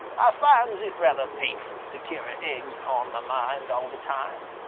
ah finds it rather painful to carry aiggs on mah mind all the time,